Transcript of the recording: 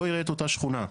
לא יראה את אותה שכונה.